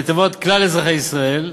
לטובת כלל אזרחי ישראל,